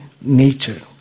nature